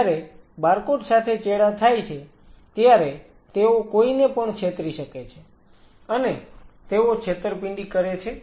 જ્યારે બારકોડ સાથે ચેડા થાય છે ત્યારે તેઓ કોઈને પણ છેતરી શકે છે અને તેઓ છેતરપિંડી કરે છે